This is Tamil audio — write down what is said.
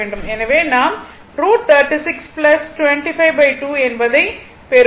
எனவே நாம் √36 252 என்பதை பெறுவோம்